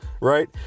right